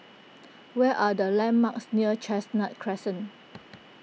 what are the landmarks near Chestnut Crescent